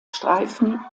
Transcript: streifen